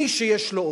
מי שיש לו אוטו,